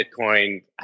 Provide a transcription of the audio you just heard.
Bitcoin